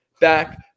back